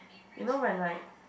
you know when like